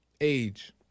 Age